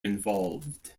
involved